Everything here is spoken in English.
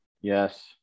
Yes